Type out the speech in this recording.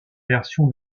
version